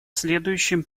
следующим